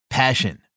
passion